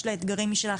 יש לה אתגרים משלה,